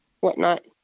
whatnot